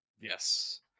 Yes